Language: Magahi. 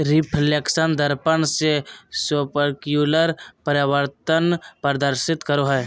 रिफ्लेक्शन दर्पण से स्पेक्युलर परावर्तन प्रदर्शित करो हइ